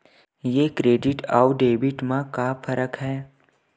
ये क्रेडिट आऊ डेबिट मा का फरक है?